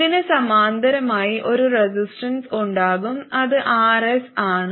ഇതിന് സമാന്തരമായി ഒരു റെസിസ്റ്റൻസ് ഉണ്ടാകും അത് RS ആണ്